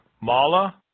Mala